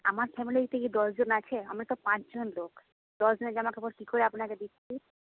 আমার ফ্যামিলিতে কি দশজন আছে আমরা তো পাঁচজন লোক দশজনের জামা কাপড় কি করে আপনাকে দিচ্ছি